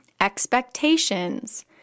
expectations